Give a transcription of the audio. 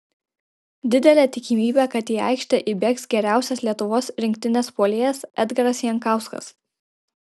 didelė tikimybė kad į aikštę įbėgs geriausias lietuvos rinktinės puolėjas edgaras jankauskas